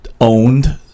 owned